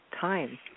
time